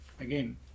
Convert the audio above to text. again